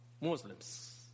Muslims